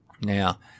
Now